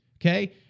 okay